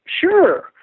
sure